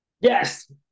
Yes